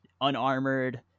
unarmored